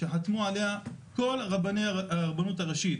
אולי אם תרשי להסביר,